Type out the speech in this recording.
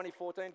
2014